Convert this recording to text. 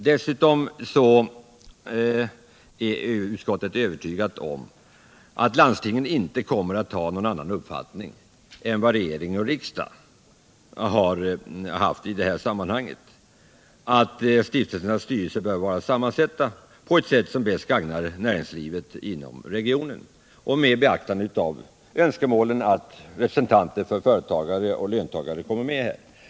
Dessutom är utskottet övertygat om att landstingen inte kommer att ha någon annan uppfattning än vad regering och riksdag har haft i detta sammanhang, nämligen att stiftelsernas styrelser bör vara sammansatta på det sätt som bäst gagnar näringslivet inom regionen. Därvid bör önskemålet att representanter för företagare och löntagare kommer med beaktas.